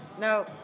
no